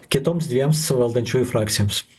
kitoms dviems valdančiųjų frakcijoms